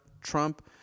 Trump